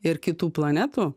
ir kitų planetų